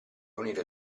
unire